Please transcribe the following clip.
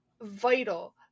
vital